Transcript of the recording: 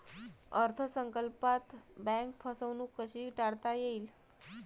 अर्थ संकल्पात बँक फसवणूक कशी टाळता येईल?